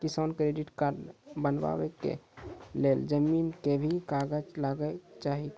किसान credit card बनबा के लेल जमीन के भी कागज लागै छै कि?